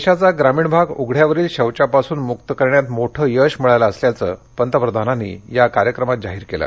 देशाचा ग्रामीण भाग उघड्यावरील शौचापासून मुक्त करण्यात मोठं यश मिळालं असल्याचं पंतप्रधानांनी या कार्यक्रमात जाहीर केलं